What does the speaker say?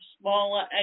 smaller